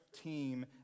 team